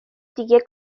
دیگه